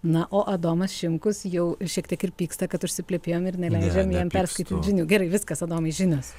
na o adomas šimkus jau šiek tiek ir pyksta kad užsiplepėjom ir neleidžiam jam perskaityt žinių gerai viskas adomai žinios